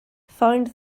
find